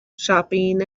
shopping